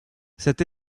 cette